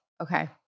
Okay